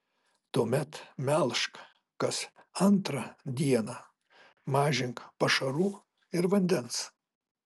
tuomet melžk kas antrą dieną mažink pašarų ir vandens